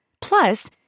Plus